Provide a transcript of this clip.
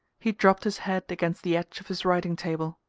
he dropped his head against the edge of his writing table.